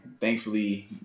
thankfully